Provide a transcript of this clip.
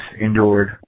endured